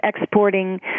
exporting